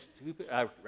stupid